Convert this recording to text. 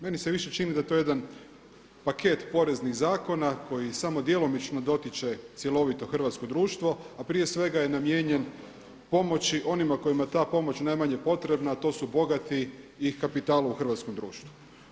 Meni se više čini da je to jedan paket poreznih zakona koji samo djelomično dotiče cjelovito hrvatsko društvo, a prije svega je namijenjen pomoći onima kojima je ta pomoć najmanje potrebna to su bogati i kapitala u hrvatskom društvu.